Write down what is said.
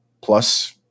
plus